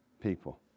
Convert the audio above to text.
people